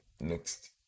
next